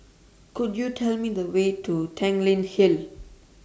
Could YOU Tell Me The Way to Tanglin Hill